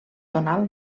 tonal